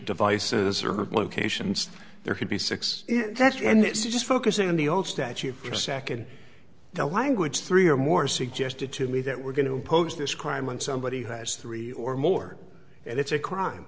devices or locations there could be six that's true and it's just focusing on the old statute your second language three or more suggested to me that we're going to impose this crime on somebody who has three or more and it's a crime